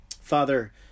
Father